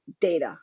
data